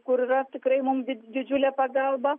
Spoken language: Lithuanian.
kur yra tikrai mum di didžiulė pagalba